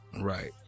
Right